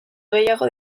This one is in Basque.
gehiago